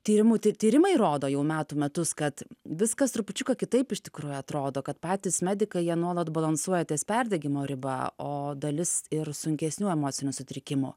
tyrimu ti tyrimai rodo jau metų metus kad viskas trupučiuką kitaip iš tikrųjų atrodo kad patys medikai jie nuolat balansuoja ties perdegimo riba o dalis ir sunkesnių emocinių sutrikimų